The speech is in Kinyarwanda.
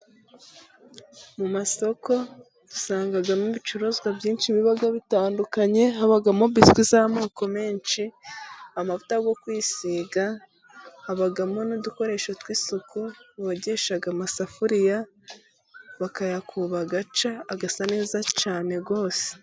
Mu masoko usangamo ibicuruzwa byinshi biba bitandukanye habamo: biswi z'amoko menshi, amavuta yo kwisiga, habamo n'udukoresho tw'isuku bogesha amasafuriya bakayakuba bagacya agasa neza cyane rwose.